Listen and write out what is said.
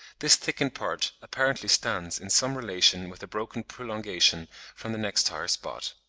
this thickened part apparently stands in some relation with a broken prolongation from the next higher spot.